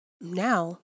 now